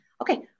okay